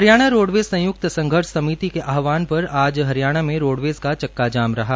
Haryana roadways संय्क्त संघर्ष समिति के आहवान पर आज हरियाणा में रोडवेज़ का चक्का जाम रहा